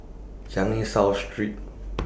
Changi South Street